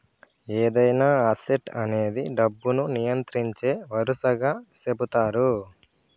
ఏదైనా అసెట్ అనేది డబ్బును నియంత్రించే వనరుగా సెపుతారు